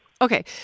Okay